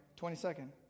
22nd